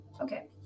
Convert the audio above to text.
Okay